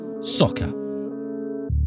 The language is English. soccer